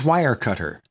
Wirecutter